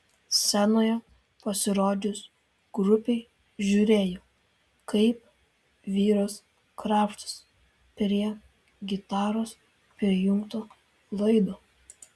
scenoje pasirodžius grupei žiūrėjau kaip vyras krapštosi prie gitaros prijungto laido